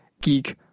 geek